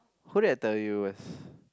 who did I tell you was